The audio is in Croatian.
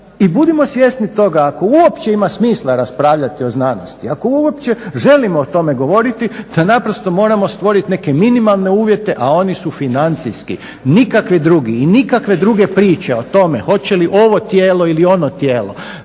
i budimo svjesni toga ako uopće ima smisla raspravljati o znanosti, ako uopće želimo o tome govoriti da naprosto moramo stvoriti neke minimalne uvjete, a oni su financijski, nikakvi drugi. I nikakve druge priče o tome hoće li ovo tijelo ili ono tijelo